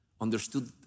understood